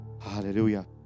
hallelujah